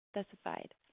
specified